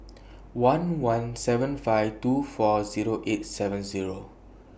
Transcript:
one one seven five two four Zero eight seven Zero